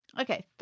Okay